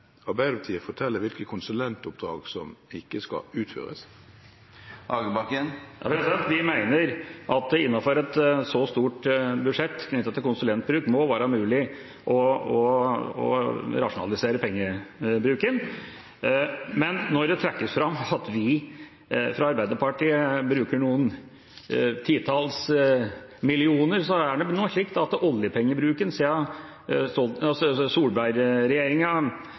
Arbeiderpartiet fortelle hvilke konsulentoppdrag som ikke skal utføres? Vi mener at det innenfor et så stort budsjett knyttet til konsulentbruk må være mulig å rasjonalisere pengebruken. Men når det trekkes fram at vi fra Arbeiderpartiets side bruker noen titalls millioner kroner, så er det nå slik da at oljepengebruken